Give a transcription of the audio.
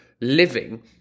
living